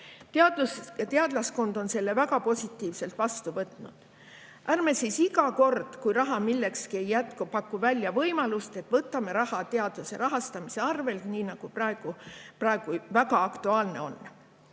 Teadlaskond on selle väga positiivselt vastu võtnud. Ärme siis iga kord, kui raha millekski ei jätku, pakume välja võimalust, et võtame raha teaduse rahastamise arvelt, nii nagu praegu väga aktuaalne on.